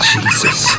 Jesus